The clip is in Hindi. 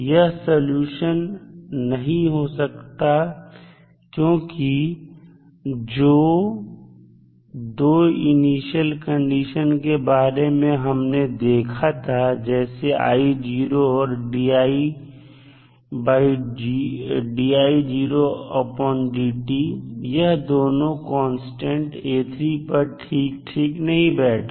यह सॉल्यूशन नहीं हो सकता क्योंकि जो दो इनिशियल कंडीशन के बारे में हमने देखा था जैसे iऔर यह दोनों कांस्टेंट पर ठीक ठीक नहीं बैठ रहे